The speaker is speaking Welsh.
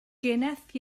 geneth